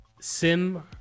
SIM